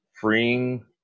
freeing